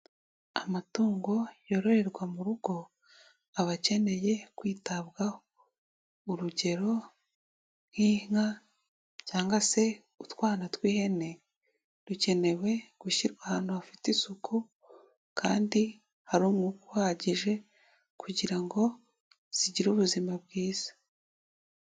Amatungo yororerwa mu rugo, abakeneye kwitabwaho, urugero nk'inka cyangwa se utwana tw'ihene, dukenewe gushyirwa ahantu hafite isuku kandi hari uhagije kugira ngo zigire ubuzima bwiza.